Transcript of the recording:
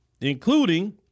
including